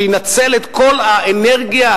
שינצל את כל האנרגיה,